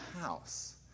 house